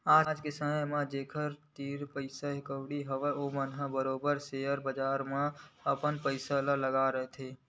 आज के समे म जेखर मन तीर पइसा कउड़ी हवय ओमन ह बरोबर सेयर बजार म अपन पइसा ल लगा के रखथे